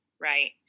right